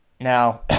Now